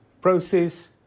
process